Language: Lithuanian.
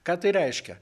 ką tai reiškia